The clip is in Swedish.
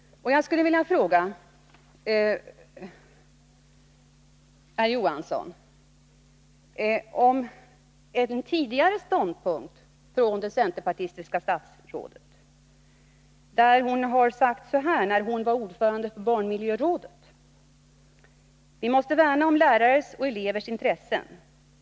Jag skulle vilja ställa en fråga till herr Johansson om en tidigare ståndpunkt som det centerpartistiska statsrådet har intagit. Hon sade, då hon var ordförande för barnmiljörådet: ”Vi måste värna om lärares och elevers intressen.